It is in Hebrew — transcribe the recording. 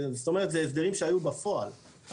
זה הסדרים שהיו בפועל,